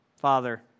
Father